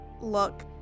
look